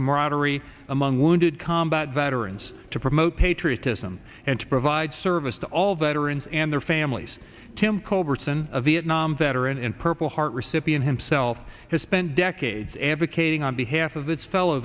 camaraderie among wounded combat veterans to promote patriotism and to provide service to all veterans and their families tim colbert's than a vietnam veteran and purple heart recipient himself has spent decades advocating on behalf of its fellow